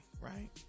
right